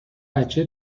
بچه